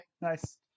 Nice